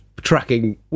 tracking